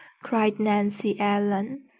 cried nancy ellen.